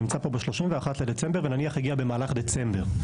שנמצא פה ב-31 בדצמבר והגיע נניח במהלך דצמבר,